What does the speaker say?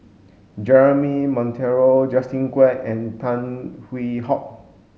Jeremy Monteiro Justin Quek and Tan Hwee Hock